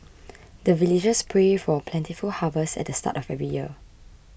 the villagers pray for plentiful harvest at the start of every year